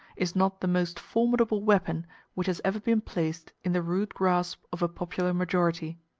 is not the most formidable weapon which has ever been placed in the rude grasp of a popular majority.